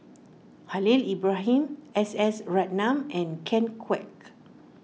Khalil Ibrahim S S Ratnam and Ken Kwek